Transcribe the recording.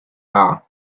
war